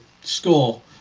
score